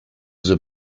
the